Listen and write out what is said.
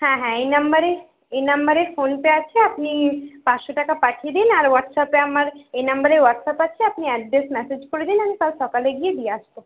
হ্যাঁ হ্যাঁ এই নম্বরে এই নম্বরে ফোন পে আছে আপনি পাঁচশো টাকা পাঠিয়ে দিন আর হোয়াটসআপে আমার এই নম্বরে হোয়াটসঅ্যাপ আছে আপনি অ্যাড্রেস ম্যাসেজ করে দিন আমি কাল সকালে গিয়ে দিয়ে আসবো